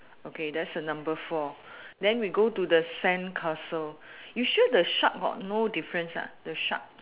okay that's a number four then we go to sandcastle you sure the shark got no difference ah the shark